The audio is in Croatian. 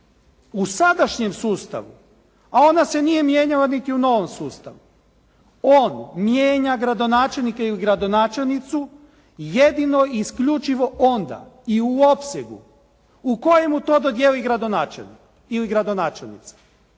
u sadašnjem sustavu a ona se nije mijenjala niti u novom sustavu on mijenja gradonačelnike ili gradonačelnicu jedino i isključivo onda i u opsegu u kojemu to dodijeli gradonačelnik